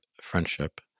friendship